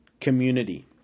community